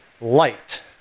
light